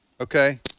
okay